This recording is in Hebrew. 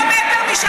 אני גרה מטר משם.